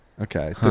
Okay